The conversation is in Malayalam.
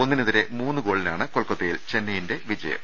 ഒന്നിനെതിരെ മൂന്നു ഗോളുകൾക്കാണ് കൊൽക്കത്തയിൽ ചെന്നൈയിന്റെ ജയം